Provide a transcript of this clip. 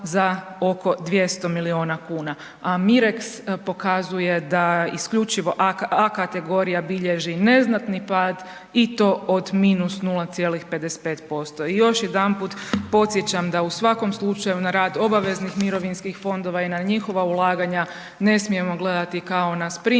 za oko 200 milijuna kuna, a MIREX pokazuje da isključivo A kategorija bilježi neznatni pad i to od -0,55% i još jedanput podsjećam da u svakom slučaju, na rad obaveznih mirovinskih fondova i na njihova ulaganja ne smijemo gledati kao na sprint